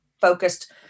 focused